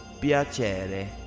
Piacere